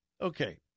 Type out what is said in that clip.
Okay